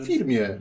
Firmie